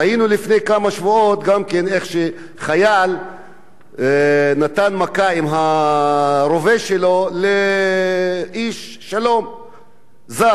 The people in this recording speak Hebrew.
ראינו לפני כמה שבועות גם איך חייל נתן מכה עם הרובה שלו לאיש שלום זר.